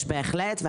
יש בהחלט.